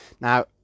Now